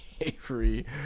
Avery